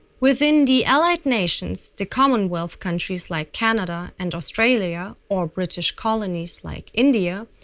within the allied nations, the commonwealth countries like canada and australia, or british colonies like india,